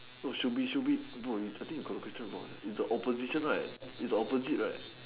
no should be should bro I think you got the picture wrong is the opposition right is the opposite right